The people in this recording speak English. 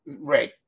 Right